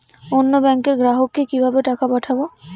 অন্য ব্যাংকের গ্রাহককে কিভাবে টাকা পাঠাবো?